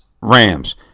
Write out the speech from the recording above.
Rams